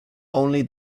only